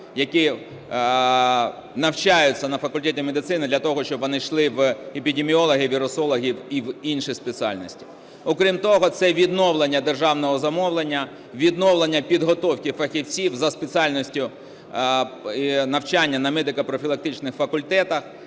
які навчаються на факультеті медицини для того, щоб вони йшли в епідеміологи, вірусологи і в інші спеціальності. Окрім того, це відновлення державного замовлення, відновлення підготовки фахівців за спеціальністю навчання на медико-профілактичних факультетах.